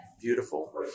beautiful